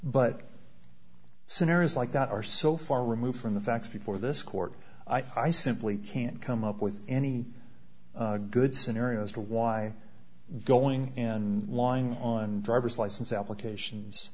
but scenarios like that are so far removed from the facts before this court i simply can't come up with any good scenario as to why going in lying on driver's license applications